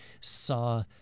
saw